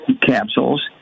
capsules